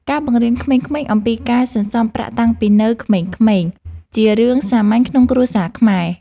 ការបង្រៀនក្មេងៗអំពីការសន្សំប្រាក់តាំងពីនៅក្មេងៗជារឿងសាមញ្ញក្នុងគ្រួសារខ្មែរ។